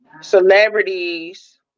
celebrities